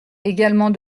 également